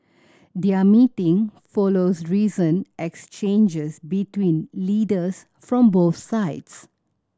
their meeting follows recent exchanges between leaders from both sides